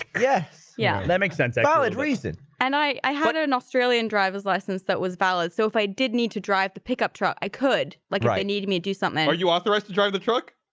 yes, yeah, that makes sense a valid reason and i i heard an australian driver's license that was valid so if i did need to drive the pickup truck i could like i needed me to do something are you authorized to drive the truck?